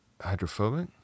Hydrophobic